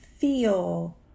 Feel